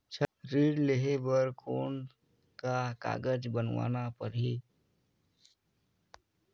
ऋण लेहे बर कौन का कागज बनवाना परही?